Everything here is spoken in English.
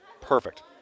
Perfect